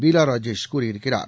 பீலா ராஜேஷ் கூறியிருக்கிறார்